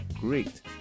great